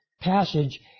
passage